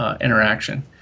interaction